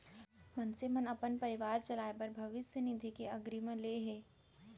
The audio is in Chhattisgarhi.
मनसे मन अपन परवार चलाए बर भविस्य निधि ले अगरिम ले हे